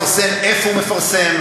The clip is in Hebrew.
שמפעל הפיס יפרסם איפה הוא מפרסם,